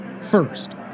First